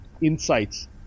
insights